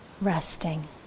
Resting